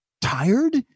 tired